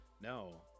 no